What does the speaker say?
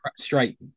straight